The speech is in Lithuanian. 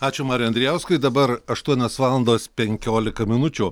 ačiū mariui andrijauskui dabar aštuonios valandos penkiolika minučių